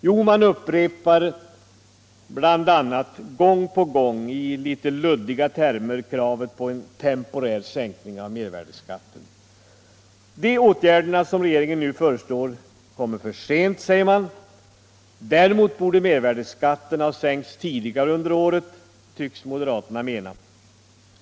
Jo, man upprepar bl.a. gång på gång i luddiga termer kravet på en temporär sänkning av mervärdeskatten. De åtgärder som regeringen nu föreslår kommer för sent, säger man. Mervärdeskatten borde ha sänkts tidigare under året, tycks moderaterna mena.